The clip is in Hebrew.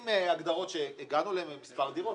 עם הגדרות שהגענו אליהן לפי מספר דירות,